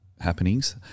happenings